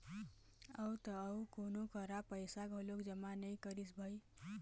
अउ त अउ कोनो करा पइसा घलोक जमा नइ करिस भई